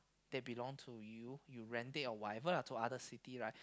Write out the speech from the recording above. that belong to you you rent it or whatever lah to other city right